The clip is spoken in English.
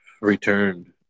returned